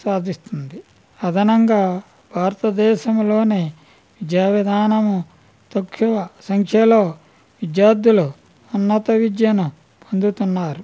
సాధిస్తుంది అదనంగా భారతదేశంలోని విద్యా విధానము తక్కువ సంఖ్యలో విద్యార్థులు ఉన్నత విద్యను పొందుతున్నారు